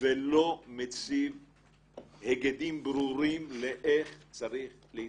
ולא מציב היגדים ברורים לאיך צריך להתנהג.